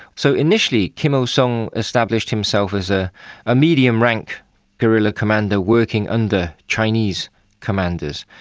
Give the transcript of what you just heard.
so initially, kim il-sung established himself as a ah medium-rank guerrilla commander, working under chinese commanders.